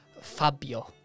Fabio